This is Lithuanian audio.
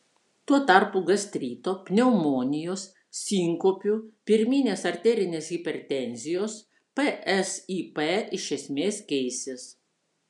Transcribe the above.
tuo tarpu gastrito pneumonijos sinkopių pirminės arterinės hipertenzijos psip iš esmės keisis